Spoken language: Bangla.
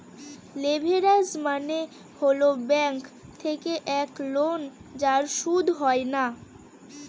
লেভেরাজ মানে হল ব্যাঙ্ক থেকে এক লোন যার সুদ হয় না